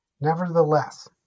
Nevertheless